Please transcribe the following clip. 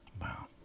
Wow